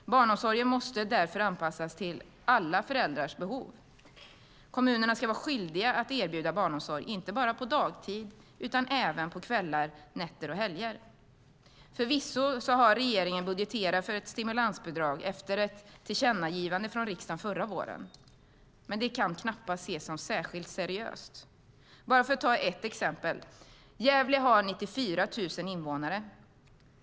Barnomsorgen måste därför anpassas till alla föräldrars behov. Kommunerna ska vara skyldiga att erbjuda barnomsorg inte bara på dagtid utan även på kvällar, nätter och helger. Förvisso har regeringen budgeterat för ett stimulansbidrag efter ett tillkännagivande från riksdagen förra våren, men det kan knappast ses som särskilt seriöst. Låt mig ta ett exempel. Gävle har 94 000 invånare.